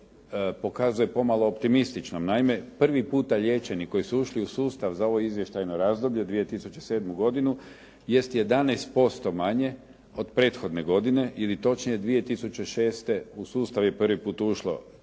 pokazuje pomalo optimističnom. Naime, prvi puta liječeni koji su ušli u sustav za ovo izvještajno razdoblje 2007. godinu jest 11% manje od prethodne godine ili točnije 2006. u sustav je prvi put ušlo